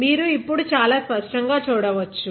మీరు ఇప్పుడు డు చాలా స్పష్టంగా చూడవచ్చు